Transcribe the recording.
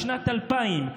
בשנת 2000,